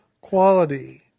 quality